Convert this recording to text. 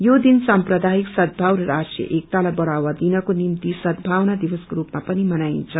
योदिन साम्प्रदायिक सदभाव र राष्ट्रिय एकतालाई बढ़ावा दिनको निभि सदभावना दिवको रूपमा पनि मनाईन्छ